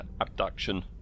abduction